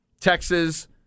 Texas